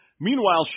Meanwhile